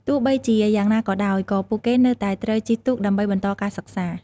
ទោះបីជាយ៉ាងណាក៏ដោយ ក៏ពួកគេនៅតែត្រូវជិះទូកដើម្បីបន្តការសិក្សា។